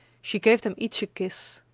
she gave them each a kiss.